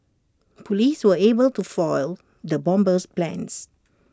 Police were able to foil the bomber's plans